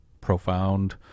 profound